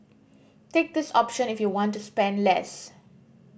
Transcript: take this option if you want to spend less